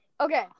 Okay